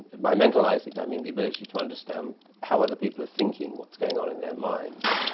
by mentalising i mean the ability to understand how other people are thinking, what's going on in their minds.